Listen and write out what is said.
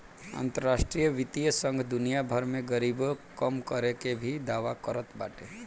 अंतरराष्ट्रीय वित्तीय संघ दुनिया भर में गरीबी कम करे के भी दावा करत बाटे